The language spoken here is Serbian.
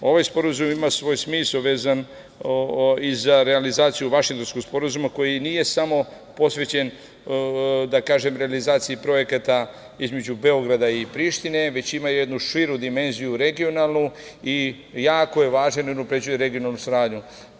Ovaj sporazum ima svoj smisao vezano za realizaciju Vašingtonskog sporazuma, koji nije samo posvećen realizaciji projekata između Beograda i Prištine, već ima jednu širu dimenziju regionalnu i jako je važan jer unapređuje regionalnu saradnju.